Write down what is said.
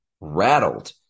rattled